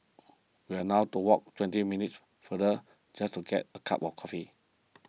we are now to walk twenty minutes further just to get a cup of coffee